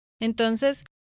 Entonces